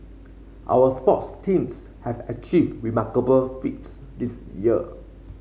our sports teams have achieved remarkable feats this year